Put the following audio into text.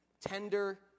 tender